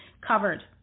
covered